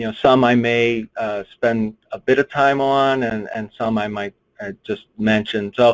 you know some i may spend a bit of time on and and some i might just mention. so